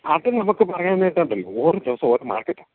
അത് നമുക്കു പറയാനായിട്ടുണ്ടല്ലോ ഓരോ ദിവസം ഓരോ മാര്ക്കറ്റാണ്